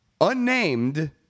unnamed